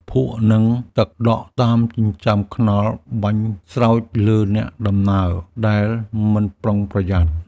ភក់ និងទឹកដក់តាមចិញ្ចើមថ្នល់បាញ់ស្រោចលើអ្នកដំណើរដែលមិនប្រុងប្រយ័ត្ន។